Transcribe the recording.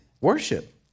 worship